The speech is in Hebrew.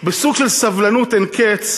בסוג של סבלנות אין קץ,